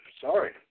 sorry